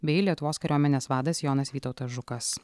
bei lietuvos kariuomenės vadas jonas vytautas žukas